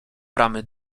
bramy